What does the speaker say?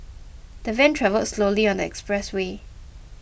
the van travelled slowly on the expressway